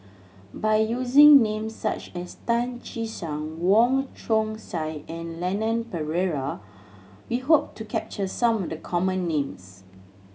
by using names such as Tan Che Sang Wong Chong Sai and Leon Perera we hope to capture some of the common names